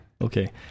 Okay